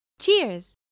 Cheers